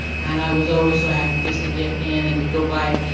and i was always so happy just to get in and to go by,